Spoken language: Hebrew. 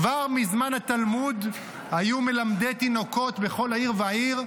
כבר מזמן התלמוד היו מלמדי תינוקות בכל עיר ועיר,